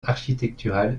architectural